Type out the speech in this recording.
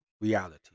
reality